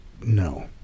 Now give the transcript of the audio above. no